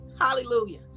hallelujah